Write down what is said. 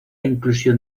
inclusión